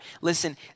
Listen